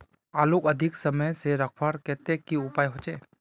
आलूक अधिक समय से रखवार केते की उपाय होचे?